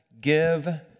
give